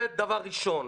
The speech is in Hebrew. זה דבר ראשון.